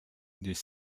des